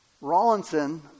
Rawlinson